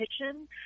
kitchen